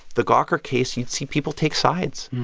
the gawker case, you'd see people take sides,